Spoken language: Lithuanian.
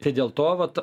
tai dėl to vat